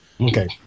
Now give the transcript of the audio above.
Okay